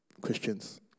Christians